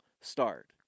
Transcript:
start